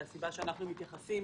והסיבה שאנחנו מתייחסים